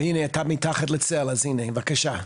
בבקשה.